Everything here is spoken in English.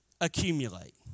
accumulate